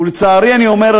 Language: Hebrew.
ולצערי אני אומר,